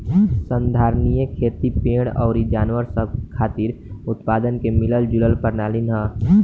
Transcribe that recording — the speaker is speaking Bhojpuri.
संधारनीय खेती पेड़ अउर जानवर सब खातिर उत्पादन के मिलल जुलल प्रणाली ह